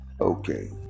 Okay